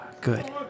Good